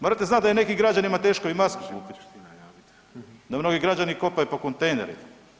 Morate znat da je nekim građanima teško i masku kupit, da mnogi građani kopaju po kontejneru.